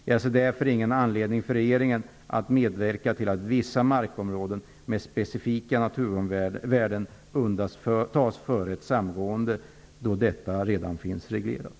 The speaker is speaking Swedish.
Jag ser därför ingen anledning för regeringen att medverka till att vissa markområden med specifika naturvärden undantas före ett samgående då detta redan finns reglerat.